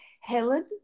Helen